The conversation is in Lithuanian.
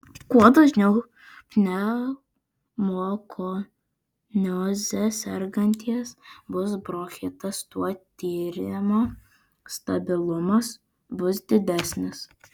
kuo dažniau pneumokonioze sergantiesiems bus bronchitas tuo tyrimo stabilumas bus didesnis